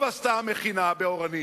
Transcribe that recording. טוב עשתה המכינה ב"אורנים"